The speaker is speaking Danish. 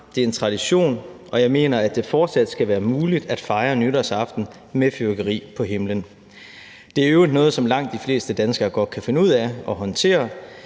Det er en tradition, og jeg mener, at det fortsat skal være muligt at fejre nytårsaften med fyrværkeri på himlen. Det er i øvrigt noget, som langt de fleste danskere godt kan finde ud af at håndtere.